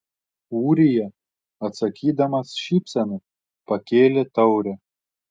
ūrija atsakydamas šypsena pakėlė taurę